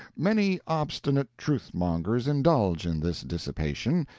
many obstinate truth-mongers indulge in this dissipation,